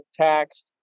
taxed